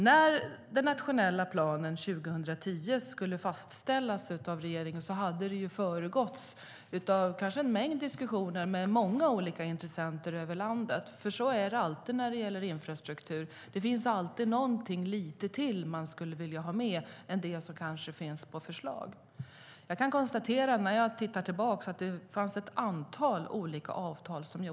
När den nationella planen skulle fastställas av regeringen 2010 hade det föregåtts av diskussioner med många olika intressenter över hela landet. Så är det alltid när det gäller infrastruktur. Man vill alltid ha med lite mer än det som finns på förslag. När jag tittar tillbaka ser jag att det slöts ett antal olika avtal.